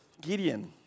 Gideon